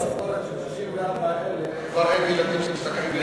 עד שתגיע למשכורת של 64,000 כבר אין ילדים שצריכים,